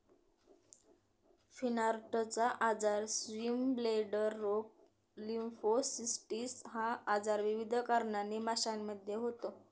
फिनार्टचा आजार, स्विमब्लेडर रोग, लिम्फोसिस्टिस हा आजार विविध कारणांनी माशांमध्ये होतो